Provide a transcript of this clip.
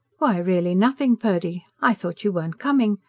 why, really nothing, purdy. i thought you weren't coming.